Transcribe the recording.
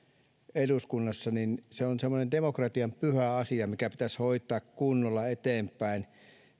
eduskunnassa niin se on semmoinen demokratian pyhä asia mikä pitäisi hoitaa kunnolla eteenpäin